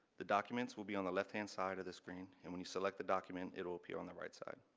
the documents will be on the left-hand side of the screen and when you select the document, it will appear on the right side.